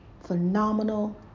phenomenal